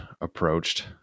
approached